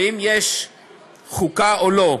האם יש חוקה או לא.